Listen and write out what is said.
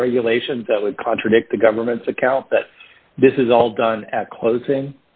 in the regulations that would contradict the government's account that this is all done at closing